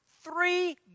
three